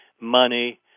money